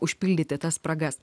užpildyti tas spragas